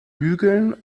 hügeln